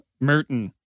Merton